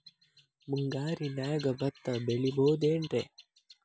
ಮುಂಗಾರಿನ್ಯಾಗ ಭತ್ತ ಬೆಳಿಬೊದೇನ್ರೇ?